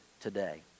today